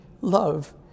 love